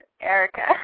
Erica